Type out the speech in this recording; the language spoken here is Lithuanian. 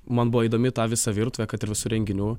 man buvo įdomi ta visa virtuvė kad ir visų renginių